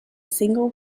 single